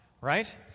Right